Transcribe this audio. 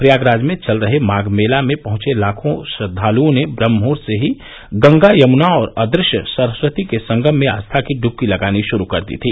प्रयागराज में चल रहे माघ मेला में पहुंचे लाखों श्रद्वाल्ओं ने ब्रहम मुहर्त से ही गंगा यमुना और अदृश्य सरस्वती के संगम में आस्था की ड्वकी लगानी शुरू कर दी थी